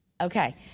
Okay